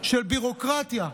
של ביורוקרטיה,